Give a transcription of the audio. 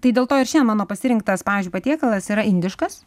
tai dėl to ir šiandien mano pasirinktas pavyzdžiui patiekalas yra indiškas